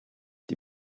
die